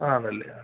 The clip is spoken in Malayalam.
ആണല്ലേ ഹാ ഹാ